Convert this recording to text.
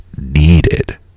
needed